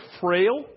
frail